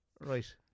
right